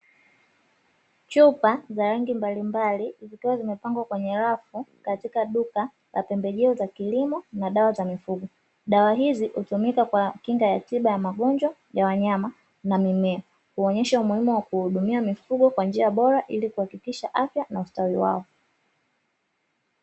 Chupa za rangi mbalimbali zikiwa zimepangwa kwenye rafu katika duka la pembejeo za kilimo na dawa za mifugo. Dawa hizi hutumika kwa kinga ya tiba za magonjwa ya wanyama na mimea, kuonyesha umuhimu wa kuhudumia mifugo kwa njia bora ili kuhakikisha afya na ustawi wao.